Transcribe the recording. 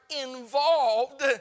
involved